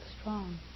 strong